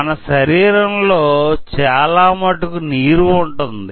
మన శరీరం లో చాలా మటుకు నీరు ఉంటుంది